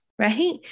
right